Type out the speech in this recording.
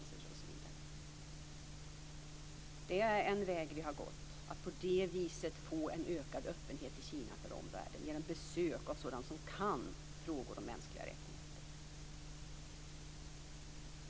Med hjälp av besök av sådana som kan frågor om mänskliga rättigheter skapas en väg att gå för att få en ökad öppenhet i Kina för omvärlden.